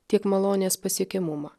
tiek malonės pasiekiamumą